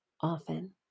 often